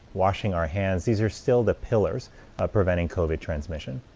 washing our hands, these are still the pillar ah preventing covid transmission.